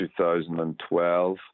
2012